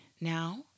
Now